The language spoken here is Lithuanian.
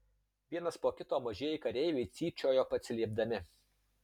vienas po kito mažieji kareiviai cypčiojo atsiliepdami